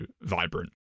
vibrant